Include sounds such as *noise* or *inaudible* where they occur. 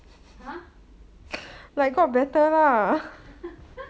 !huh! like what *laughs*